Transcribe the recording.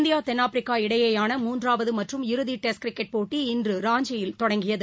India தென்னாப்பிரிக்கா இடையேயான முன்றாவது மற்றும் இறதி டெஸ்ட் கிரிக்கெட் போட்டி இன்று ராஞ்சியில் தொடங்கியது